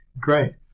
Great